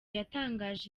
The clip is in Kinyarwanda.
yatangaje